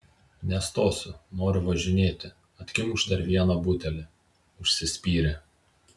nestosiu noriu važinėti atkimšk dar vieną butelį užsispyrė